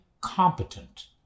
competent